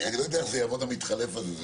אני לא יודע איך זה יעבוד ה"מתחלף" הזה.